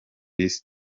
isi